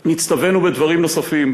נצטווינו בדברים נוספים,